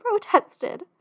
protested